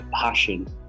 passion